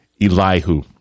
Elihu